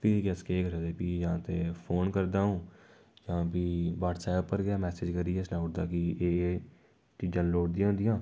फ्ही अस केह् करदे जां ते फोन करदा अ'ऊं जां फ्ही बटसऐप पर मैसज करियै सनाई ओङ़दा कि एह् एह् चीजां लोड़दियां होंदियां